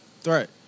threat